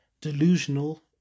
delusional